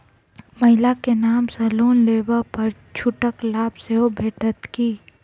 महिला केँ नाम सँ लोन लेबऽ पर छुटक लाभ सेहो भेटत की?